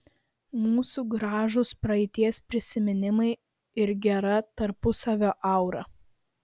mūsų gražūs praeities prisiminimai ir gera tarpusavio aura